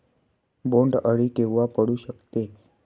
बोंड अळी केव्हा पडू शकते?